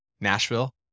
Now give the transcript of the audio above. Nashville